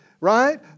right